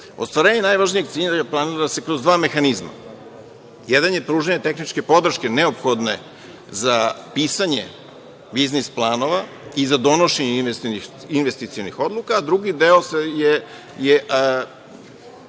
ostvariti. Ostvarenje najvažnijeg cilja planira se kroz dva mehanizma. Jedan je pružanje tehničke podrške neophodne za pisanje biznis planova i za donošenje investicionih odluka, a drugi deo su